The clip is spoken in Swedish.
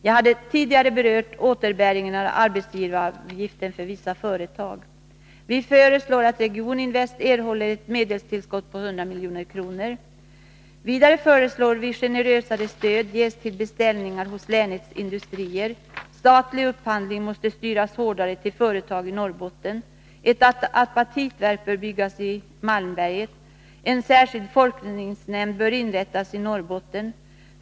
Jag har tidigare berört återbäringen av arbetsgivaravgifterna för vissa företag. Vi föreslår att Region-Invest erhåller ett medelstillskott på 100 milj.kr. Vidare föreslår vi att generösare stöd ges till beställningar hos länets industrier. Statliga upphandlingar måste styras hårdare till företag i Norrbotten. Ett apatitverk bör byggas i Malmberget. En särskild forskningsnämnd bör inrättas i Norrbotten.